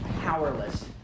powerless